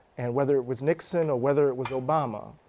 and whether it was nixon or whether it was obama,